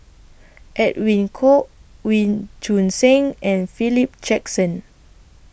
Edwin Koek Wee Choon Seng and Philip Jackson